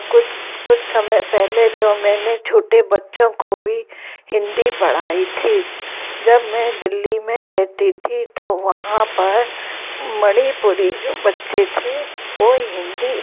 कुछ कुछ समय पहले तो मैंने छोटे बच्चों को भी हिन्दी पढ़ाई थी जब मैं दिल्ली में रहती थी तो वहाँ पर मणिपुरी जो बच्चे थे वो हिन्दी